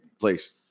place